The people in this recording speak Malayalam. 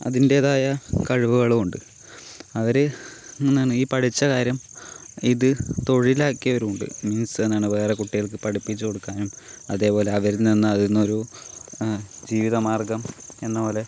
അതിന്റ്റേതായ കഴിവുകളും ഉണ്ട് അവര് എന്താണ് ഈ പഠിച്ച കാര്യം ഇത് തൊഴിലാക്കിയവരും ഉണ്ട് മീൻസ് എന്താണ് വേറെ കുട്ടികൾക്ക് പഠിപ്പിച്ചു കൊടുക്കാനും അതേപോലെ അവരിൽ നിന്നും അതിൽനിന്നൊരു ജീവിതമാർഗം എന്നപോലെ